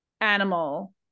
animal